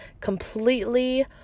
completely